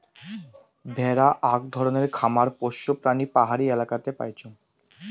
ভেড়া আক ধরণের খামার পোষ্য প্রাণী পাহাড়ি এলাকাতে পাইচুঙ